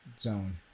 zone